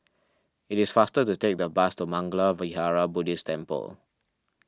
it is faster to take the bus to Mangala Vihara Buddhist Temple